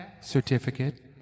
certificate